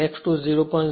અહીં X2 0